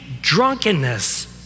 drunkenness